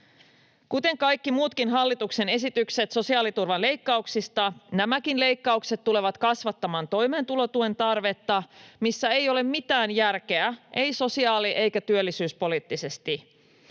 Kuten kaikki muutkin hallituksen esitykset sosiaaliturvan leikkauksista nämäkin leik-kaukset tulevat kasvattamaan toimeentulotuen tarvetta, missä ei ole mitään järkeä, ei sosiaali- eikä työllisyyspoliittisesti,